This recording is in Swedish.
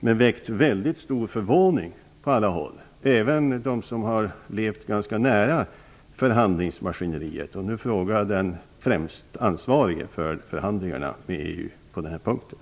Den väckte mycket stor förvåning på alla håll, även bland dem som har levt ganska nära förhandlingsmaskineriet. Nu frågar jag den främst ansvarige för förhandlingarna med EU på denna punkt.